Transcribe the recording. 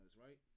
right